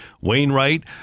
Wainwright